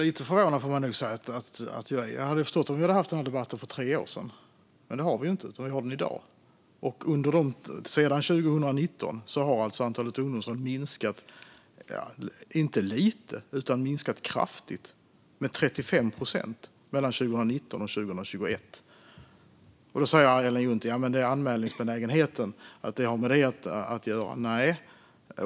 Fru talman! Jag får nog säga att jag är lite förvånad. Jag hade förstått detta om vi hade haft denna debatt för tre år sedan. Men det hade vi inte, utan vi har den i dag. Och sedan 2019 har alltså antalet ungdomsrån inte minskat lite utan minskat kraftigt - med 35 procent mellan 2019 och 2021. Då säger Ellen Juntti att det har med anmälningsbenägenheten att göra. Nej, det har det inte.